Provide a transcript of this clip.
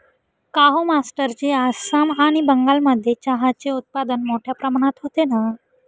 काहो मास्टरजी आसाम आणि बंगालमध्ये चहाचे उत्पादन मोठया प्रमाणात होते ना